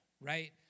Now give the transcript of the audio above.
right